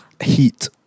heat